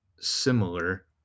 similar